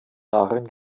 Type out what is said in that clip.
darin